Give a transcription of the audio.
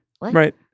right